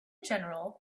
general